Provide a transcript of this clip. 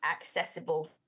accessible